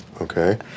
Okay